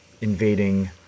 invading